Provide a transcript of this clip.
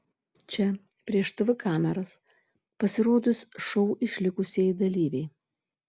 čia prieš tv kameras pasirodys šou išlikusieji dalyviai